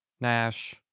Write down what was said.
Nash